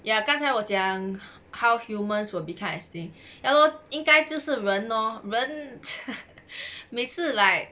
ya 刚才我讲 how humans will become extinct ya lor 应该就是人 lor 人每次 like